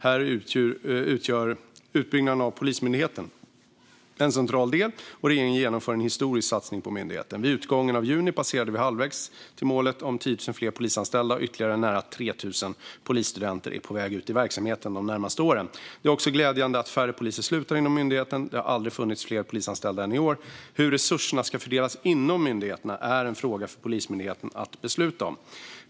Här utgör utbyggnaden av Polismyndigheten en central del, och regeringen genomför en historisk satsning på myndigheten. Vid utgången av juni passerade vi halvvägs till målet om 10 000 fler polisanställda, och ytterligare nära 3 000 polisstudenter är på väg ut i verksamheten de närmaste åren. Det är också glädjande att färre poliser slutar inom myndigheten. Det har aldrig funnits fler polisanställda än i år. Hur resurserna ska fördelas inom myndigheten är en fråga för Polismyndigheten att besluta om.